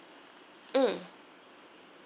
mm